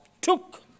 took